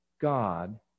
God